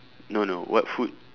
no no what food